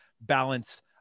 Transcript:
balance